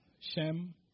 Shem